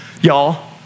y'all